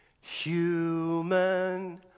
human